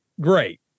great